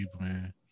man